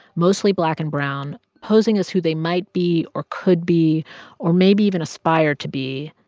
mostly black and brown, posing as who they might be or could be or maybe even aspire to be,